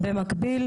במקביל,